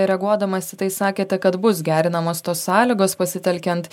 reaguodamas į tai sakėte kad bus gerinamos tos sąlygos pasitelkiant